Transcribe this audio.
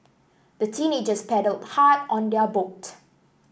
the teenagers paddled hard on their boat